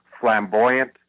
flamboyant